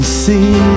see